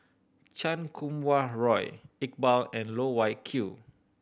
Chan Kum Wah Roy Iqbal and Loh Wai Kiew